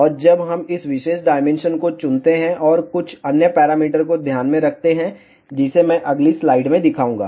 और जब हम इस विशेष डायमेंशन को चुनते हैं और कुछ अन्य पैरामीटर को ध्यान में रखते हैं जिसे मैं अगली स्लाइड में दिखाऊंगा